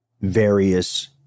various